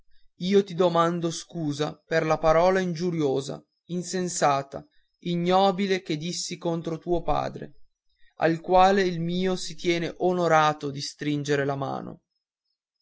io ti domando scusa della parola ingiuriosa insensata ignobile che dissi contro tuo padre al quale il mio si tiene onorato di stringere la mano